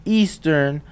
eastern